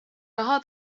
raha